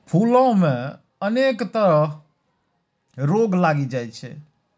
फूलो मे अनेक तरह रोग लागि जाइ छै